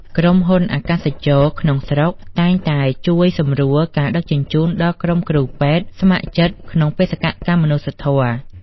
ក្រុមហ៊ុន អាកាសចរណ៍ ក្នុងស្រុកតែងតែជួយសម្រួលការដឹកជញ្ជូនដល់ក្រុមគ្រូពេទ្យស្ម័គ្រចិត្តក្នុងបេសកកម្មមនុស្សធម៌។